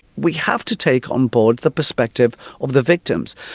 we have to take on board the perspective of the victims,